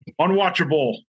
unwatchable